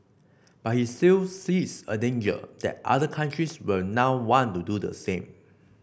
but he still sees a danger that other countries will now want to do the same